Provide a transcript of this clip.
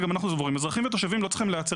כזאת כשהיא יוצאת